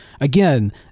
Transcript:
again